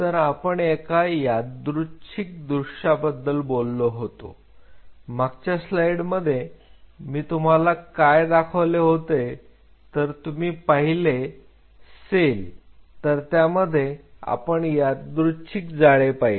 तर आपण एका यादृच्छिक दृश्य बद्दल बोललो होतो माग च्या स्लाइडमध्ये मी तुम्हाला काय दाखवत होतो जर तुम्ही पाहिले सेल तर त्यामध्ये आपण यादृच्छिक जाळे पाहिले